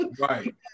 Right